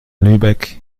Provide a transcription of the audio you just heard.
lübeck